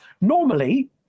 Normally